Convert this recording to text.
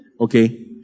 okay